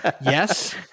yes